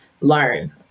learn